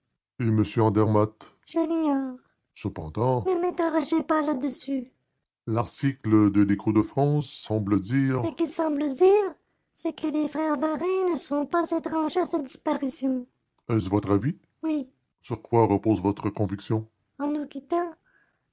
je l'ignore cependant ne m'interrogez pas là-dessus l'article de l'écho de france semble dire ce qu'il semble dire c'est que les frères varin ne sont pas étrangers à cette disparition est-ce votre avis oui sur quoi repose votre conviction en nous